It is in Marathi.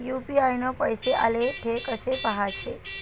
यू.पी.आय न पैसे आले, थे कसे पाहाचे?